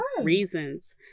reasons